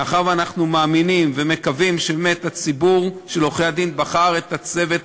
מאחר שאנחנו מאמינים ומקווים שציבור עורכי-הדין בחר את הצוות